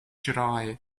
gerais